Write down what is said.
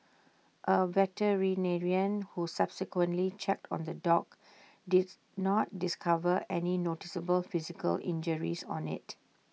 A veterinarian who subsequently checked on the dog did not discover any noticeable physical injuries on IT